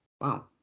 Wow